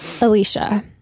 Alicia